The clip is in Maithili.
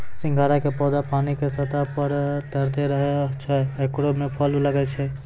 सिंघाड़ा के पौधा पानी के सतह पर तैरते रहै छै ओकरे मॅ फल लागै छै